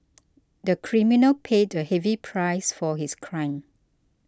the criminal paid a heavy price for his crime